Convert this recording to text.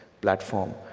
platform